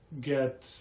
get